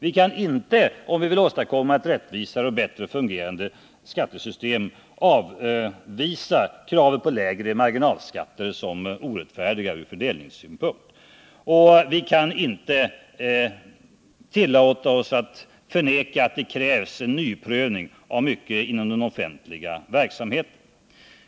Vi kan inte, om vi vill åstadkomma ett rättvisare och bättre fungerande skattesystem, avvisa kravet på lägre marginalskatter som något orättfärdigt ur fördelningssynpunkt. Vi kan inte förneka att det krävs en nyprövning av mycket inom den offentliga verksamheten.